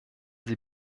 sie